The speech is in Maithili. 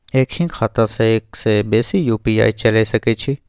एक ही खाता सं एक से बेसी यु.पी.आई चलय सके छि?